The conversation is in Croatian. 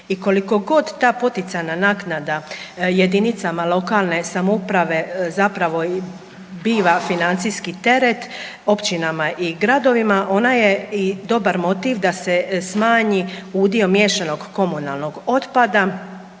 I koliko god ta poticajna naknada jedinicama lokalne samouprave zapravo biva financijski teret općinama i gradovima ona je i dobar motiv da se smanji udio miješanog komunalnog otpada